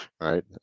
right